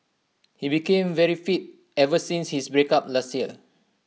he became very fit ever since his breakup last year